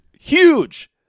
Huge